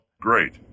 great